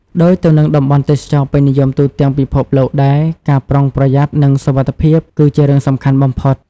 ដូចទៅនឹងតំបន់ទេសចរណ៍ពេញនិយមទូទាំងពិភពលោកដែរ ការប្រុងប្រយ័ត្ន និងសុវត្ថិភាព គឺជារឿងសំខាន់បំផុត។